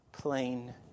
plain